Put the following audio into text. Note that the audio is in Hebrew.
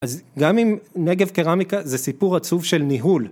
‫אז גם אם נגב קרמיקה ‫זה סיפור עצוב של ניהול,